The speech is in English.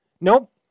Nope